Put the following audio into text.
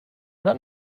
dann